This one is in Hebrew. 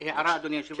הערה, אדוני היושב-ראש.